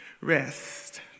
rest